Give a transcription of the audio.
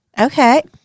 Okay